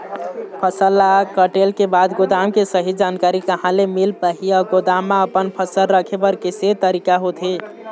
फसल ला कटेल के बाद गोदाम के सही जानकारी कहा ले मील पाही अउ गोदाम मा अपन फसल रखे बर कैसे तरीका होथे?